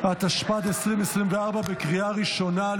התשפ"ד 2024, בקריאה ראשונה.